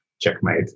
checkmate